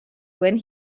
when